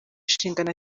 inshingano